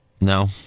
No